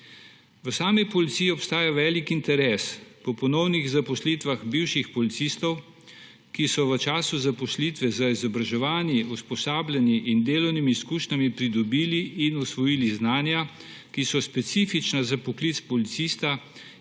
V sami policiji obstaja velik interes po ponovnih zaposlitvah bivših policistov, ki so v času zaposlitve z izobraževanji, usposabljanji in delovnimi izkušnjami pridobili in usvojili znanja, ki so specifična za poklic policista,